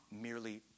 merely